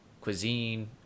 cuisine